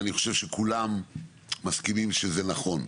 אני חושב שכולם מסכימים שזה נכון.